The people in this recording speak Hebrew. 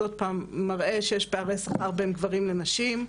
עוד פעם, מראה שיש פערי שכר בין גברים לנשים.